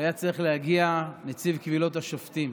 והיה צריך להגיע נציב קבילות השופטים.